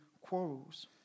quarrels